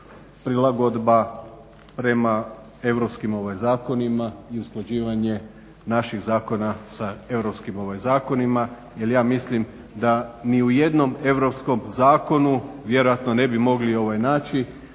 prilagodba prema europskim zakonima i usklađivanje naših zakona sa europskim zakonima, jer ja mislim da ni u jednom europskom zakonu vjerojatno ne bi mogli naći